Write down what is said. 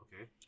Okay